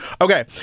okay